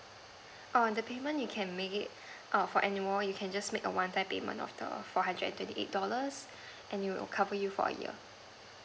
oo the payment you can make it err for annual you can just make a one time payment of the four hundred and twenty eight dollars and it will cover you for a year